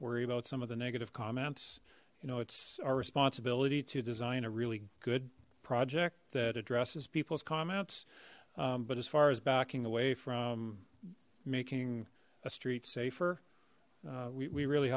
worry about some of the negative comments you know it's our responsibility to design a really good project that addresses people's comments but as far as backing away from making a street safer we really